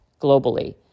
globally